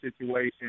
situation